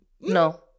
No